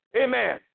Amen